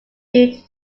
due